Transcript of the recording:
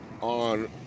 on